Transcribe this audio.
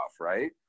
right